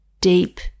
deep